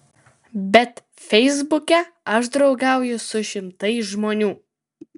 bet feisbuke aš draugauju su šimtais žmonių